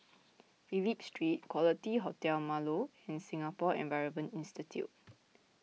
Phillip Street Quality Hotel Marlow and Singapore Environment Institute